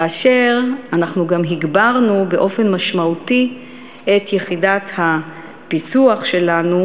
כאשר גם הגברנו באופן משמעותי את יחידת הפיקוח שלנו,